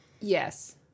Yes